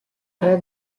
tre